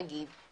נגיד,